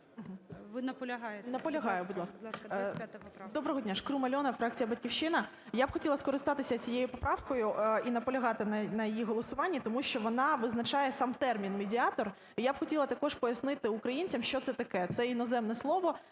ШКРУМ А.І. Доброго дня! Шкрум Альона, фракція "Батьківщина". Я б хотіла скористатися цією поправкою і наполягати на її голосуванні, тому що вона визначає сам термін "медіатор". І я б хотіла також пояснити українцям, що це таке. Це іноземне слово,